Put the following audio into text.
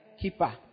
keeper